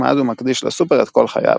ומאז הוא מקדיש לסופר את כל חייו.